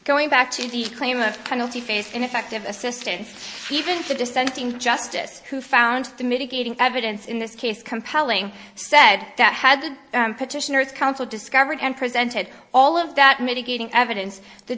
going back to the claim of penalty phase ineffective assistance even the dissenting justice who found the mitigating evidence in this case compelling said that had petitioners counsel discovered and presented all of that mitigating evidence the